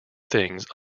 things